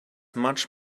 much